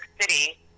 City